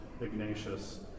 Ignatius